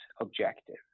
objective